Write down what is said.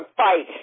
fight